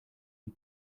you